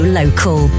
local